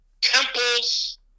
Temple's